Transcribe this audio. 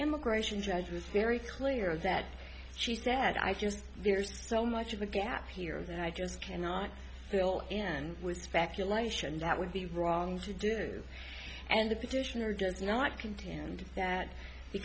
immigration judge was very clear that she said i just there's so much of a gap here that i just cannot fill in with speculation that would be wrong to do and the petitioner does not contend that